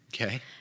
Okay